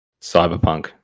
Cyberpunk